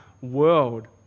world